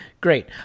great